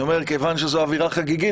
אני אומר: מכוון שזו אווירה חגיגית,